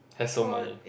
hassle money